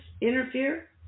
interfere